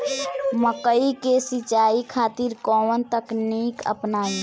मकई के सिंचाई खातिर कवन तकनीक अपनाई?